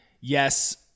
yes